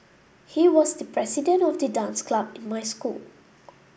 he was the president of the dance club in my school